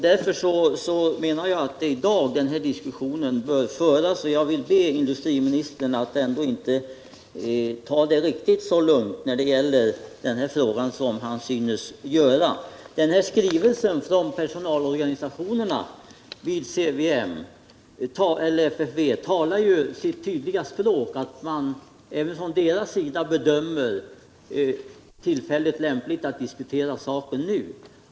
Jag menar alltså att det är i dag den här diskussionen skall föras, och jag vill be industriministern att inte ta det riktigt så lugnt i den här frågan som han synes göra. Skrivelsen från personalorganisationerna vid FFV talar sitt tydliga språk. Även de bedömer tillfället vara lämpligt för att diskutera saken.